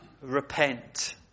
repent